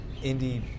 indie